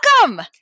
welcome